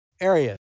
area